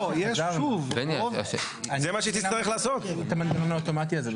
זה המצב היום.